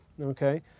Okay